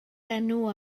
enw